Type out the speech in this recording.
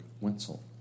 Wenzel